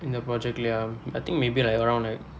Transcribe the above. இந்த:indtha project I think maybe like around uh